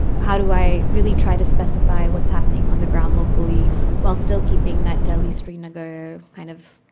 how do i really try to specify what's happening on the ground locally while still keeping that delhi srinagar kind of